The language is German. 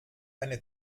eine